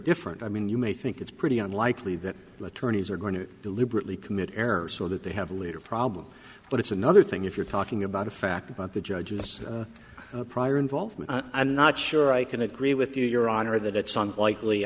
different i mean you may think it's pretty unlikely that the attorneys are going to deliberately commit errors or that they have a leader problem but it's another thing if you're talking about a fact about the judge in this prior involvement i'm not sure i can agree with you your honor that it's on likely